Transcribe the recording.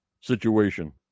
situation